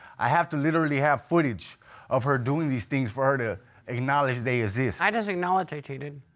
i have to literally have footage of her doing these things for her to acknowledge they exist. i just acknowledged i cheated.